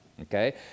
Okay